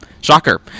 shocker